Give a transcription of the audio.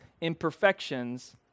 imperfections